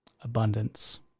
abundance